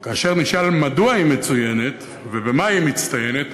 וכאשר הוא נשאל מדוע היא מצוינת ובמה היא מצטיינת,